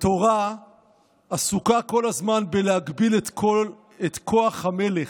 התורה עסוקה כל הזמן בלהגביל את כוח המלך.